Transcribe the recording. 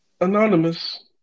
Anonymous